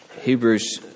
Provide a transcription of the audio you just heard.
Hebrews